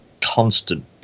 constant